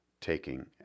taking